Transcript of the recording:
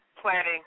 planning